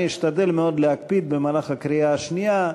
אני אשתדל מאוד להקפיד, במהלך הקריאה השנייה,